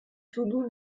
toudoux